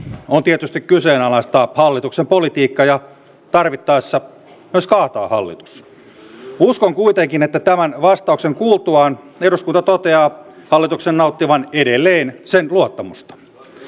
on tietysti kyseenalaistaa hallituksen politiikka ja tarvittaessa myös kaataa hallitus uskon kuitenkin että tämän vastauksen kuultuaan eduskunta toteaa hallituksen nauttivan edelleen sen luottamusta